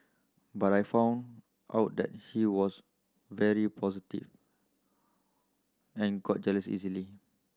but I found out that he was very positive and got jealous easily